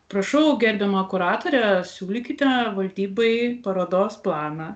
prašau gerbiama kuratore siūlykite valdybai parodos planą